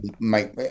make